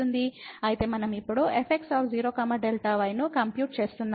అయితే మనం ఇప్పుడు fx 0 Δy ను కంప్యూట్ చేస్తున్నాము